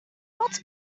not